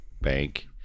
bank